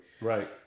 Right